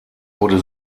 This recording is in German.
wurde